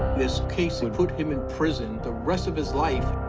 this case would put him in prison the rest of his life.